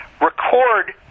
record